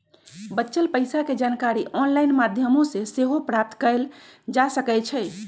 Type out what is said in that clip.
बच्चल पइसा के जानकारी ऑनलाइन माध्यमों से सेहो प्राप्त कएल जा सकैछइ